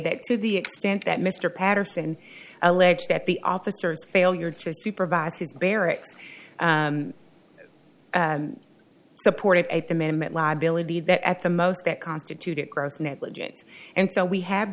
that to the extent that mr patterson alleged that the officers failure to supervise his barrett supported eighth amendment liability that at the most that constituted gross negligence and so we have